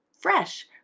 fresh